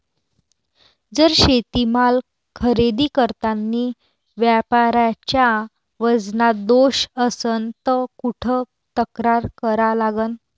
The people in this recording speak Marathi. जर शेतीमाल खरेदी करतांनी व्यापाऱ्याच्या वजनात दोष असन त कुठ तक्रार करा लागन?